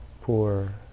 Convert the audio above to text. poor